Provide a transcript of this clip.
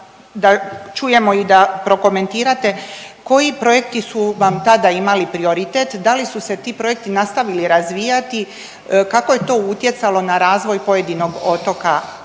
da čujemo i da prokomentirate koji projekti su vam tada imali prioritet. Da li su se ti projekti nastavili razvijati, kako je to utjecalo na razvoj pojedinog otoka koji